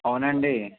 అవునా అండి